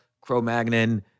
Cro-Magnon